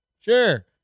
sure